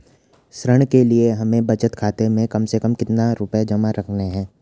ऋण के लिए हमें बचत खाते में कम से कम कितना रुपये जमा रखने हैं?